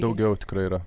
daugiau tikrai yra